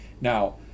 Now